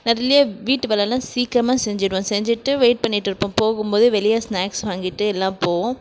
நர்லியே வீட்டு வேலைலாம் சீக்கிரமா செஞ்சுடுவேன் செஞ்சுட்டு வெயிட் பண்ணிகிட்ருப்பேன் போகும்போது வெளியே ஸ்நேக்ஸ் வாங்கிகிட்டு எல்லாம் போவோம்